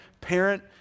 parent